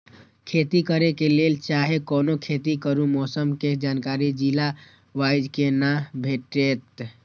खेती करे के लेल चाहै कोनो खेती करू मौसम के जानकारी जिला वाईज के ना भेटेत?